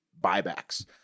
buybacks